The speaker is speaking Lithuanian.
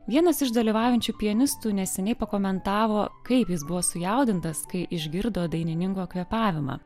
vienas iš dalyvaujančių pianistų neseniai pakomentavo kaip jis buvo sujaudintas kai išgirdo dainininko kvėpavimą